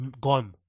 gone